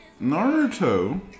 Naruto